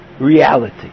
reality